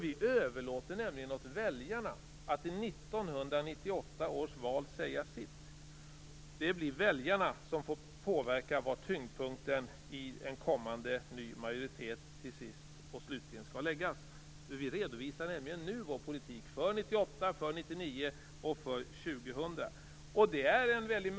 Vi överlåter nämligen åt väljarna att i 1998 års val säga sitt. Det blir väljarna som får påverka var tyngdpunkten i en kommande ny majoritet till sist och slutligen skall läggas. Vi redovisar nämligen nu vår politik för 1998, för 1999 och för 2000.